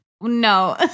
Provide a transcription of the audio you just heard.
No